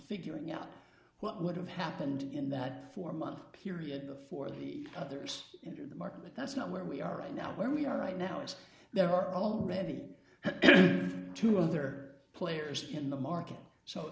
figuring out what would have happened in that four month period before the others enter the market but that's not where we are right now where we are right now as there are already two other players in the market so